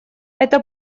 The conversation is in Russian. это